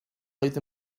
oedd